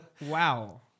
Wow